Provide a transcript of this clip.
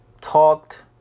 talked